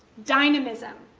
dynamism,